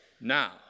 Now